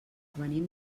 venim